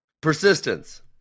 Persistence